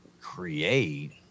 create